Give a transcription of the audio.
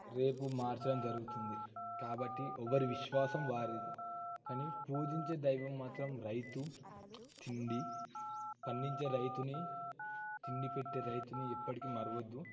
రేపు మార్చడం జరుగుతుంది కాబట్టి ఎవరి విశ్వాసం వారిది కానీ పూజించే దైవం మాత్రం రైతు అందించే రైతుని తిండి పెట్టే రైతును ఎప్పటికీ మరవద్దు